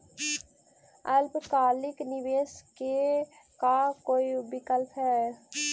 अल्पकालिक निवेश के का कोई विकल्प है?